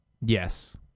yes